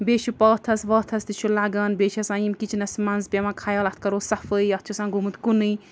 بیٚیہِ چھُ پاتھَس واتھَس تہِ چھُ لَگان بیٚیہِ چھِ آسان یِم کِچنَس منٛز پٮ۪وان خَیال اَتھ کَرو صفٲیی اَتھ چھِ آسان گوٚمُت کُنُے